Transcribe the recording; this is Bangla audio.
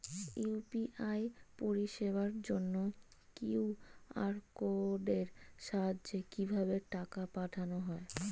ইউ.পি.আই পরিষেবার জন্য কিউ.আর কোডের সাহায্যে কিভাবে টাকা পাঠানো হয়?